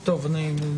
תודה.